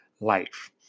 life